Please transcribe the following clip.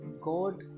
god